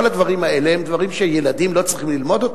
כל הדברים האלה הם דברים שילדים לא צריכים ללמוד אותם?